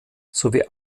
sowie